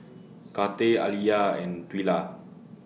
Karter Aliyah and Twila